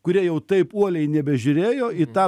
kurie jau taip uoliai nebežiūrėjo į tą